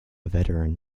veteran